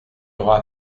aura